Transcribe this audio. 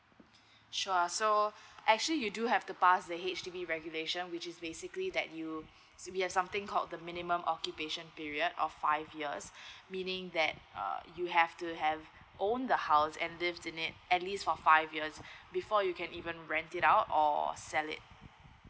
sure so actually you do have to pass the H_D_B regulation which is basically that you we have something called the minimum occupation period of five years meaning that uh you have to have own the house and live in it at least of five years before you can even rent it out or sell it